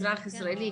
אזרח ישראלי,